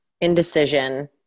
indecision